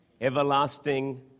everlasting